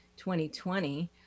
2020